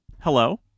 Hello